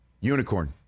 Unicorn